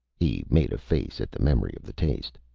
he made a face at the memory of the taste.